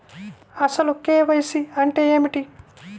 అసలు కే.వై.సి అంటే ఏమిటి?